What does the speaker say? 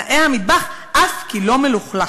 נאה המטבח, אף כי לא מלוכלך.